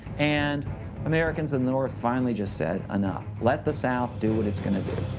and americans in the north finally just said, enough. let the south do what it's gonna do